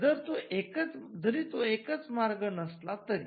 जरी तो एकच मार्ग नसला तरी